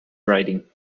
writing